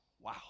Wow